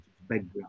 background